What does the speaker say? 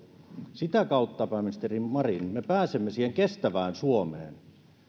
sitä kautta pääministeri marin me pääsemme siihen kestävään suomeen